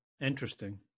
Interesting